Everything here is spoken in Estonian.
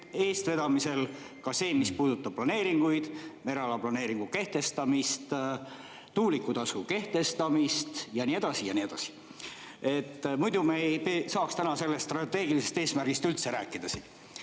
eestvedamisel, ka see, mis puudutab planeeringuid, mereala planeeringu kehtestamist, tuulikutasu kehtestamist jne. Muidu ei saaks me täna sellest strateegilisest eesmärgist üldse rääkida. Konkreetne